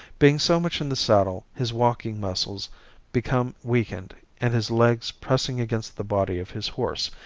being so much in the saddle his walking muscles become weakened, and his legs pressing against the body of his horse,